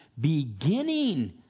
beginning